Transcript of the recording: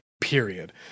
Period